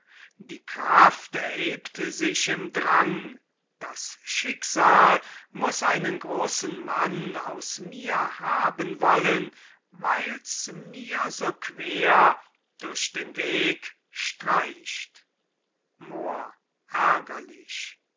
die kraft erhebt sich im drang das schicksal muß einen großen mann aus mir haben wollen weil's mir so queer durch den weg streicht moor